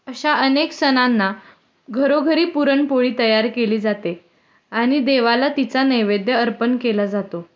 अशा अनेक सणांना घरोघरी पुरणपोळी तयार केली जाते आणि देवाला तिचा नैवेद्य अर्पण केला जातो